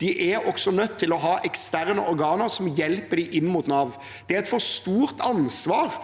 De er også nødt til å ha eksterne organer som hjelper dem inn mot Nav. Det er av og til et for stort ansvar